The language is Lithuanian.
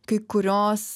kai kurios